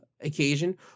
occasion